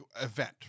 event